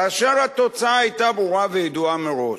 כאשר התוצאה היתה ברורה וידועה מראש.